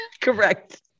Correct